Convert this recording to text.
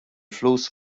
flus